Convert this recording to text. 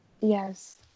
yes